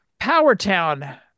Powertown